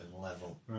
level